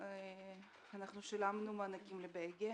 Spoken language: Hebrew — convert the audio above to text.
אנחנו שילמנו מענקים לבלגיה,